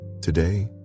today